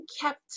kept